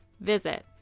visit